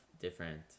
different